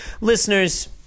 Listeners